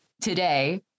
today